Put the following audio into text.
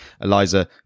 Eliza